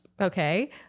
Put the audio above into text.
Okay